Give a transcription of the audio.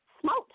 smoked